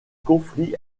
conflit